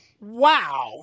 wow